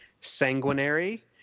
sanguinary